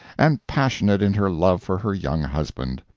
and passionate in her love for her young husband.